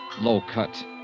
low-cut